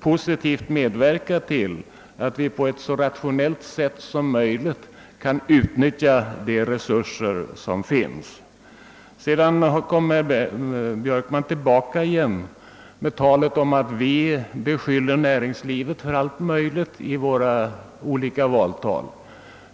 positivt medverka till att vi på ett så rationellt sätt som möjligt kunde utnyttja våra resurser. Herr Björkman kom tillbaka med talet om att vi beskyller näringslivet för allt möjligt i våra olika valtal.